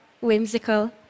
whimsical